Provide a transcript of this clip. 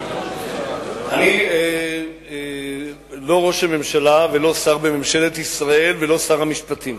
אני לא ראש הממשלה ולא שר בממשלת ישראל ולא שר המשפטים.